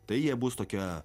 tai jie bus tokia